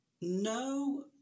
No